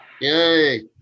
Yay